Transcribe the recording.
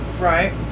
right